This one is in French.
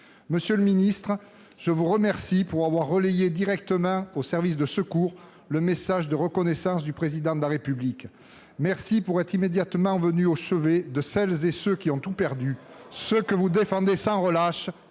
Monsieur le ministre, je vous remercie d'avoir relayé directement auprès des services de secours le message de reconnaissance du Président de la République et d'être venu immédiatement au chevet de celles et de ceux qui ont tout perdu, de ceux que vous défendez sans relâche